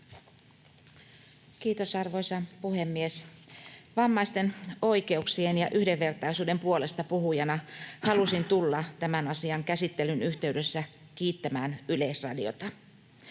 Kiitos, arvoisa puhemies! Vammaisten oikeuksien ja yhdenvertaisuuden puolestapuhujana halusin tulla tämän asian käsittelyn yhteydessä kiittämään Yleisradiota.